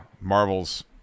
Marvel's